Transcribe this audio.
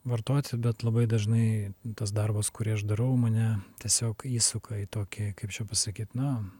vartoti bet labai dažnai tas darbas kurį aš darau mane tiesiog įsuka į tokį kaip čia pasakyt na